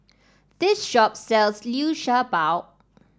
this shop sells Liu Sha Bao